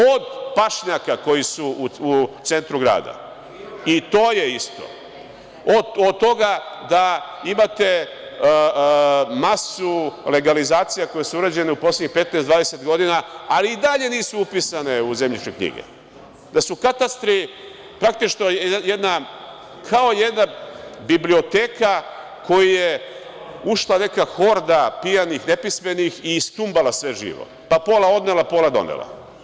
Od pašnjaka koji su u centru gradu, i to je isto, od toga da imate masu legalizacija koje su urađene u poslednjih 15-20 godina, ali i dalje nisu upisane u zemljišne knjige, da su katastri praktično kao jedna biblioteka u koju je ušla neka horda pijanih, nepismenih istumbala sve živo, pa pola odnela, pola donela.